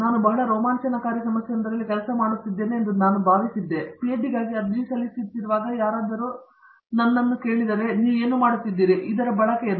ನಾನು ಬಹಳ ರೋಮಾಂಚನಕಾರಿ ಸಮಸ್ಯೆಯೊಂದರಲ್ಲಿ ಕೆಲಸ ಮಾಡುತ್ತಿದ್ದೇನೆ ಎಂದು ಭಾವಿಸಿದ್ದೆ ಮತ್ತು ನಾನು ಪಿಎಚ್ಡಿಗಾಗಿ ಅರ್ಜಿ ಸಲ್ಲಿಸುತ್ತಿರುವಾಗ ಯಾರಾದರೂ ನನ್ನನ್ನು ಕೇಳಿ ನೀವು ಏನು ಮಾಡುತ್ತಿದ್ದೀರಿ ಬಳಕೆ ಏನು